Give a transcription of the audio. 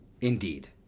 Indeed